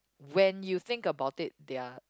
when you think about it they're